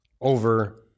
over